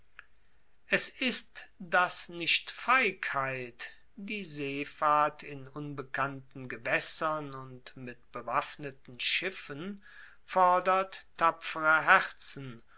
es ist das nicht feigheit die seefahrt in unbekannten gewaessern und mit bewaffneten schiffen fordert tapfere herzen